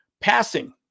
Passing